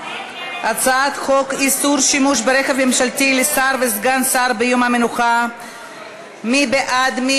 הצעת חוק איסור שימוש ברכב ממשלתי לשר וסגן שר ביום המנוחה השבועי ובחג,